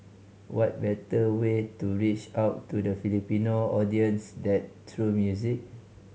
what better way to reach out to the Filipino audience than through music